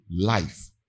life